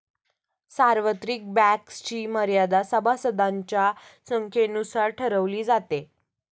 सार्वत्रिक बँक्सची मर्यादा सभासदांच्या संख्येनुसार ठरवली जाते